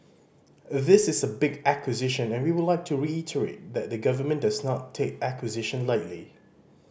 this is a big acquisition and we would like to reiterate that the government does not take acquisition lightly